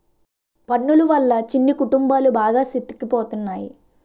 పన్నులు వల్ల చిన్న కుటుంబాలు బాగా సితికిపోతున్నాయి